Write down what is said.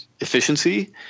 efficiency